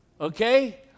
Okay